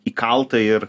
įkalta ir